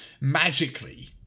magically